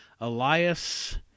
Elias